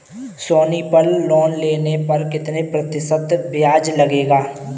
सोनी पल लोन लेने पर कितने प्रतिशत ब्याज लगेगा?